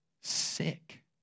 sick